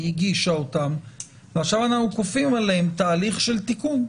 הגישה אותם ועכשיו אנחנו כופים עליהם תהליך של תיקון.